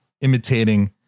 imitating